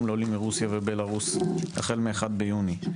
לעולים מרוסיה ובלרוס החל מהאחד ביוני.